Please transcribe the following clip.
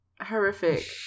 horrific